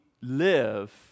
live